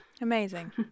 Amazing